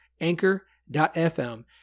anchor.fm